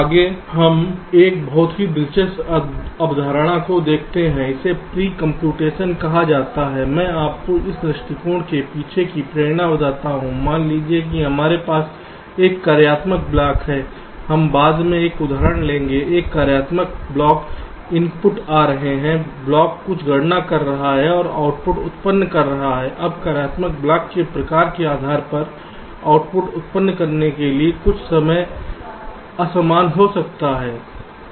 आगे हम एक बहुत ही दिलचस्प अवधारणा को देखते हैं इसे प्री कंप्यूटेशन कहा जाता है मैं आपको इस दृष्टिकोण के पीछे प्रेरणा बताता हूं मान लीजिए कि हमारे पास एक कार्यात्मक ब्लॉक है हम बाद में एक उदाहरण लेंगे एक कार्यात्मक ब्लॉक इनपुट आ रहे हैं ब्लॉक कुछ गणना कर रहा है और आउटपुट उत्पन्न कर रहा है अब कार्यात्मक ब्लॉक के प्रकार के आधार पर आउटपुट उत्पन्न करने के लिए कुल समय असमान हो सकता है